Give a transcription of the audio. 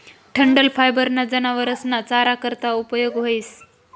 डंठल फायबर ना जनावरस ना चारा करता उपयोग व्हस